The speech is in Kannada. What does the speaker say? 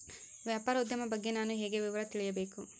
ವ್ಯಾಪಾರೋದ್ಯಮ ಬಗ್ಗೆ ನಾನು ಹೇಗೆ ವಿವರ ತಿಳಿಯಬೇಕು?